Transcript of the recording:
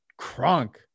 crunk